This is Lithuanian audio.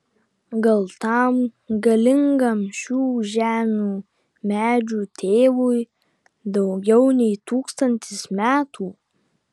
gal tam galingam šių žemių medžių tėvui daugiau nei tūkstantis metų